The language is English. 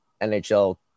NHL